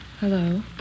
Hello